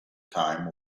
time